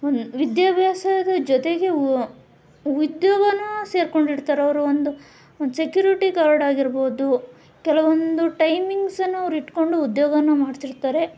ವಿದ್ಯಾಭ್ಯಾಸದ ಜೊತೆಗೆ ಉದ್ಯೋಗನೂ ಸೇರ್ಕೊಂಡಿರ್ತಾರವ್ರು ಒಂದು ಒಂದು ಸೆಕ್ಯೂರಿಟಿ ಗಾರ್ಡ್ ಆಗಿರ್ಬೋದು ಕೆಲವೊಂದು ಟೈಮಿಂಗ್ಸನ್ನೂ ಅವ್ರು ಇಟ್ಟುಕೊಂಡು ಉದ್ಯೋಗನ ಮಾಡ್ತಿರ್ತಾರೆ